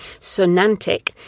Sonantic